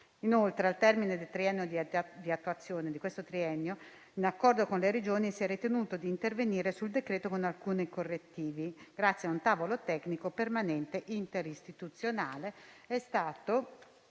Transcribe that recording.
Inoltre, al termine del triennio, in accordo con le Regioni, si è ritenuto di intervenire sul decreto con alcuni correttivi. Grazie a un tavolo tecnico permanente interistituzionale,